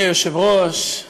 אדוני היושב-ראש,